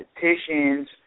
petitions